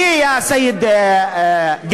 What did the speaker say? מי, יא סייד גל?